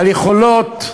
על יכולות.